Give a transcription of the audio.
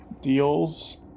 deals